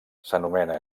s’anomena